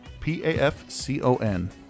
P-A-F-C-O-N